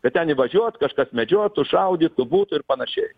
kad ten įvažiuot kažkas medžiotų šaudytų būtų ir panašiai